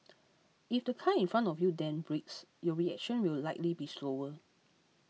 if the car in front of you then brakes your reaction will likely be slower